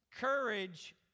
Courage